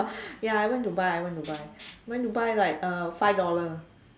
ya I went to buy I went to buy went to buy like uh five dollar